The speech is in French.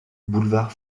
boulevard